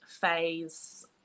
phase